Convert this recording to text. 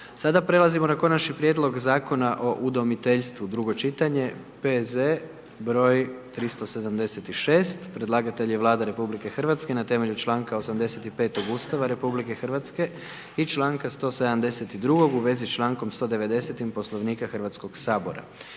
reda: - Konačni prijedlog Zakona o udomiteljstvu, drugo čitanje, P.Z. br. 376; Predlagatelj je Vlada RH na temelju članka 85. Ustava RH i članka 172. u vezi sa člankom 190. Poslovnika Hrvatskoga sabora.